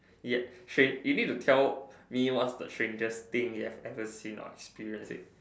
ya strange you need to tell me what's the strangest thing you have ever seen or experienced eh